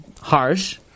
harsh